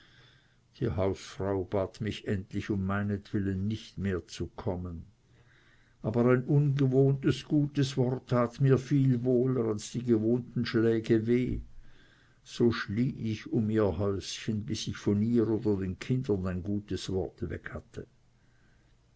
die hausfrau bat mich endlich um meinetwillen nicht mehr zu kommen aber ein ungewohntes gutes wort tat mir viel wohler als die gewohnten schläge weh so schlich ich um ihr häuschen bis ich von ihr oder den kindern ein gutes wort weg hatte